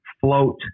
float